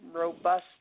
robust